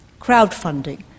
crowdfunding